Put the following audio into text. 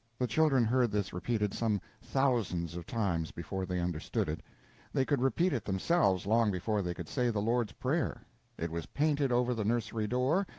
the children heard this repeated some thousands of times before they understood it they could repeat it themselves long before they could say the lord's prayer it was painted over the nursery door,